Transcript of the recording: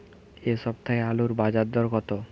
এ সপ্তাহে আলুর বাজার দর কত?